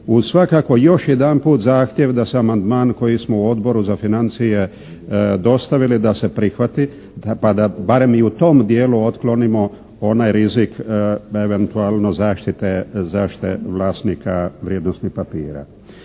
uz svakako još jedanput zahtjev da se amandman koji smo u Odboru za financije dostavili da se prihvati, pa da barem i u tom dijelu otklonimo onaj rizik eventualno zaštite vlasnika vrijednosnih papira.